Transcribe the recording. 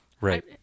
Right